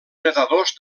nedadors